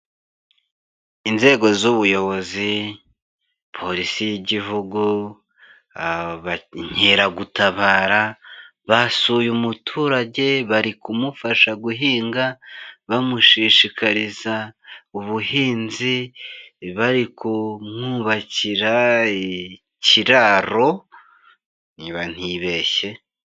Inzego z'ubuyobozi, polisi y'igihugu, aba, inkeragutabara basuye umuturage bari kumufasha guhinga bamushishikariza ubuhinzi, bari kumwubakira ikiraro ntiba ntibeshye.